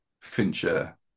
Fincher